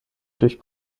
durch